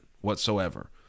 whatsoever